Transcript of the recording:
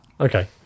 Okay